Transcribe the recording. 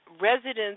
residents